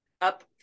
up